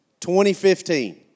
2015